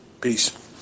Peace